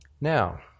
Now